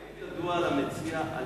האם ידוע למציע על